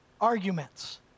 arguments